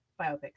biopics